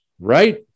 Right